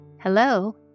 Hello